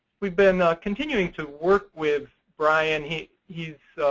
we've been continuing to work with brian. he's you know